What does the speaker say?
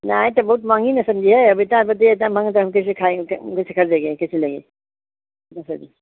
नहीं तो बहुत महँगी ना सब्ज़ी है अभी इतने बजे इतना महँगा हम कैसे खाएँगे कैसे ख़रीदेंगे कैसे लेंगे